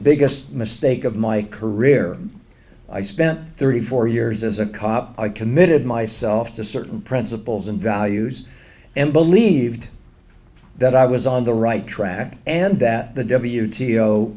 biggest mistake of my career i spent thirty four years as a cop i committed myself to certain principles and values and believed that i was on the right track and that the w